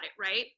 right